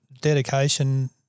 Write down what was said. dedication